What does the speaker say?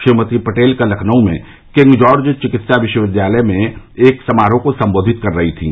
श्रीमती पटेल कल लखनऊ में King George चिकित्सा विश्वविद्यालय में एक समारोह को संबोवित कर रही थीं